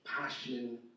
passion